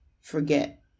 forget